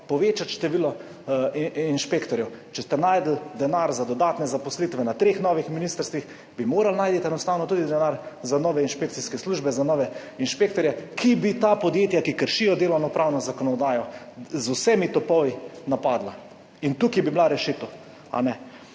povečati število inšpektorjev. Če ste našli denar za dodatne zaposlitve na treh novih ministrstvih, bi morali enostavno najti tudi denar za nove inšpekcijske službe, za nove inšpektorje, ki bi ta podjetja, ki kršijo delovnopravno zakonodajo, napadli z vsemi topovi. To bi bila rešitev. Ta